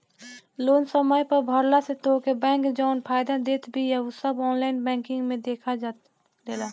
loan समय पअ भरला से तोहके बैंक जवन फायदा देत बिया उ सब ऑनलाइन बैंकिंग में देखा देला